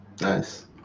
nice